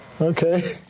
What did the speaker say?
Okay